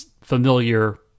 familiar